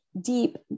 deep